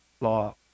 law